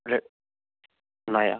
లేదు ఉన్నాయా